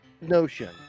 notion